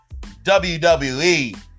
WWE